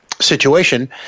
situation